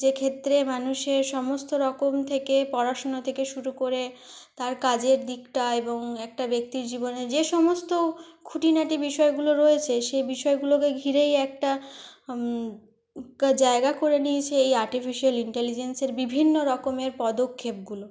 যেক্ষেত্রে মানুষের সমস্ত রকম থেকে পড়াশুনো থেকে শুরু করে তার কাজের দিকটা এবং একটা ব্যক্তির জীবনে যে সমস্ত খুঁটিনাটি বিষয়গুলো রয়েছে সেই বিষয়গুলোকে ঘিরেই একটা জায়গা করে নিয়েছে এই আর্টিফিশিয়াল ইন্টেলিজেন্সের বিভিন্নরকমের পদক্ষেপগুলো